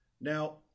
Now